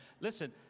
Listen